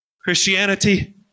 Christianity